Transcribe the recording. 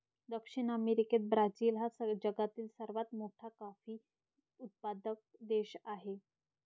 दक्षिण अमेरिकेत ब्राझील हा जगातील सर्वात मोठा कॉफी उत्पादक देश आहे